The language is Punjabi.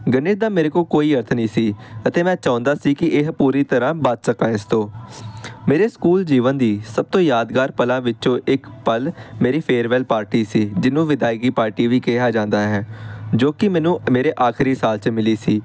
ਗਣਿਤ ਦਾ ਮੇਰੇ ਕੋਲ ਕੋਈ ਅਰਥ ਨਹੀਂ ਸੀ ਅਤੇ ਮੈਂ ਚਾਹੁੰਦਾ ਸੀ ਕਿ ਇਹ ਪੂਰੀ ਤਰ੍ਹਾਂ ਬਚ ਸਕਾਂ ਇਸ ਤੋਂ ਮੇਰੇ ਸਕੂਲ ਜੀਵਨ ਦੀ ਸਭ ਤੋਂ ਯਾਦਗਾਰ ਪਲਾਂ ਵਿੱਚੋਂ ਇੱਕ ਪਲ ਮੇਰੀ ਫੇਅਰਵੈੱਲ ਪਾਰਟੀ ਸੀ ਜਿਹਨੂੰ ਵਿਦਾਇਗੀ ਪਾਰਟੀ ਵੀ ਕਿਹਾ ਜਾਂਦਾ ਹੈ ਜੋ ਕਿ ਮੈਨੂੰ ਮੇਰੇ ਆਖਰੀ ਸਾਲ 'ਚ ਮਿਲੀ ਸੀ